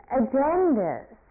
agendas